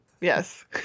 yes